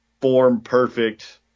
form-perfect